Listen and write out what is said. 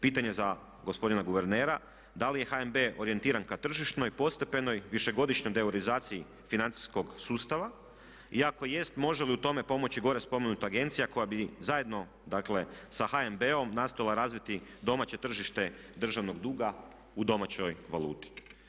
Pitanje za gospodina guvernera, da li je HNB orijentiran ka tržišnoj, postepenoj, višegodišnjoj devalorizaciji financijskog sustava i ako jest može li u tome pomoći gore spomenuta agencija koja bi zajedno dakle sa HNB-om nastojala razviti domaće tržište državnog duga u domaćoj valuti.